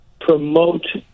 promote